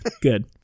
Good